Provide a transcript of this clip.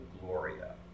Gloria